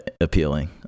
appealing